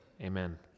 Amen